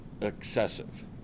excessive